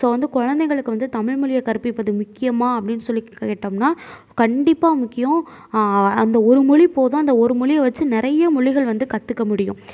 so வந்து குழந்தைங்களுக்கு வந்து தமிழ் மொழியை கற்பிப்பது முக்கியமா அப்படினு சொல்லி கேட்டோம்னால் கண்டிப்பாக முக்கியம் அந்த ஒரு மொழி போதும் அந்த ஒரு மொழியை வச்சு நிறைய மொழிகள் வந்து கற்றுக்க முடியும்